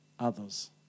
others